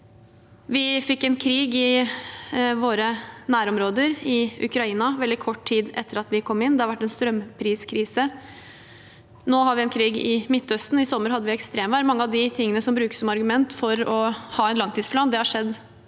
Vi fikk en krig i våre nærområder, i Ukraina, veldig kort tid etter at vi kom inn. Det har vært en strømpriskrise. Nå har vi en krig i Midtøsten, og i sommer hadde vi ekstremvær. Mange av de tingene som brukes som argument for å ha en langtidsplan, har skjedd